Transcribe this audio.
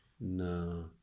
No